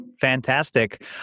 Fantastic